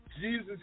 Jesus